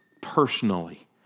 personally